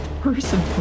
person